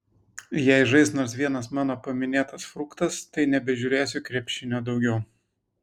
jei žais nors vienas mano paminėtas fruktas tai nebežiūrėsiu krepšinio daugiau